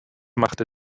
machte